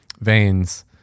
veins